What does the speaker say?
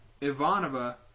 Ivanova